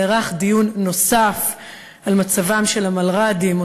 נערך דיון נוסף על מצבם של המלר"דים,